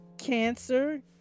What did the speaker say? Cancer